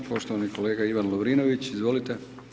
Poštovani kolega Ivan Lovrinović, izvolite.